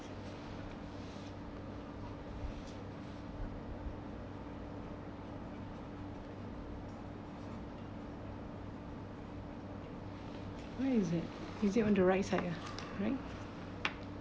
where is it is it on the right side ah correct